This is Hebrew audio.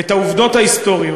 את העובדות ההיסטוריות.